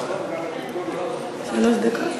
שלוש דקות.